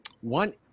one